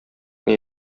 кенә